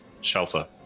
shelter